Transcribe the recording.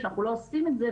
ושאנחנו לא עושים את זה,